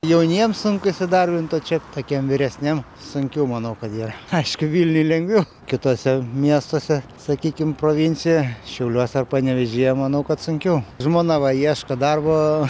jauniems sunku įsidarbint o čia tokiem vyresniem sunkiau manau kad yra aišku vilniuj lengviau kituose miestuose sakykim provincijoj šiauliuose ar panevėžyje manau kad sunkiau žmona va ieško darbo